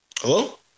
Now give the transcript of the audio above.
Hello